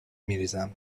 میریزم